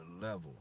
level